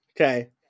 Okay